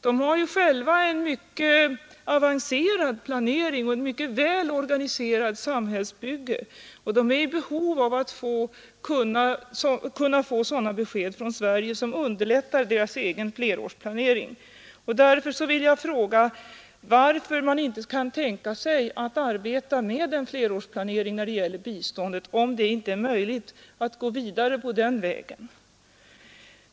De har själva en mycket avancerad planering och ett mycket väl organiserat samhällsbygge, och de är i behov av att kunna få sådana besked från Sverige som underlättar deras egen flerårsplanering. Därför vill jag fråga varför man inte kan tänka sig att arbeta med en flerårsplanering när det gäller biståndet, om det inte är möjligt att gå vidare på den vägen.